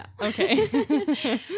okay